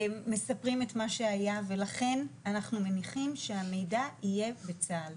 ומספרים את מה שהיה ולכן אנחנו מניחים שהמידע יהיה בצה"ל.